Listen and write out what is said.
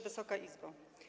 Wysoka Izbo!